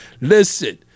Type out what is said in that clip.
Listen